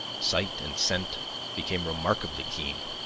sight and scent became remarkably keen,